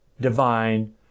divine